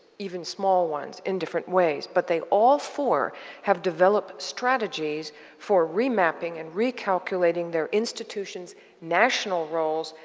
even small ones, in different ways. but they all four have developed strategies for remapping and recalculating their institution's national roles,